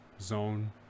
zone